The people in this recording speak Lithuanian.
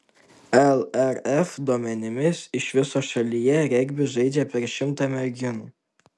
lrf duomenimis iš viso šalyje regbį žaidžia per šimtą merginų